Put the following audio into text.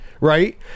right